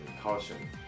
caution